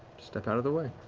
step out of the way.